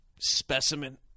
specimen